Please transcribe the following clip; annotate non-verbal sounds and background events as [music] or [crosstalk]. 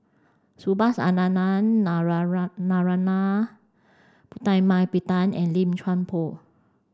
Subhas Anandan [unintelligible] Narana Putumaippittan and Lim Chuan Poh